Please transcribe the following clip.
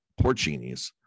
porcinis